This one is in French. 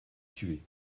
tué